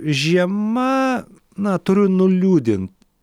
žiema na turiu nuliūdint